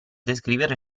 descrivere